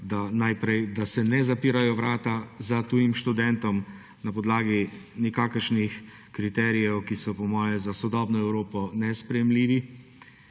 da se ne zapirajo vrata tujim študentom na podlagi nikakršnih kriterijev, ki so po moje za sodobno Evropo nesprejemljivi,